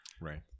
Right